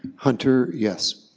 hunter, yes.